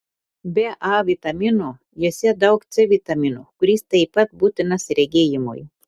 be a vitamino juose daug c vitamino kuris taip pat būtinas regėjimui